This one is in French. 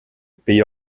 pays